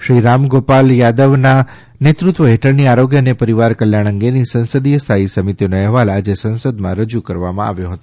શ્રી રામ ગોપાલ યાદવના નેતૃત્વ હેઠળની આરોગ્ય અને પરિવાર કલ્યાણ અંગેની સંસદીય સ્થાયી સમિતિનો અહેવાલ આજે સંસદમાં રજૂ કરવામાં આવ્યો છે